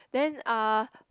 then ah